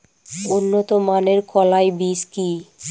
উন্নত মানের কলাই বীজ কি?